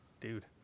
Dude